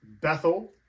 Bethel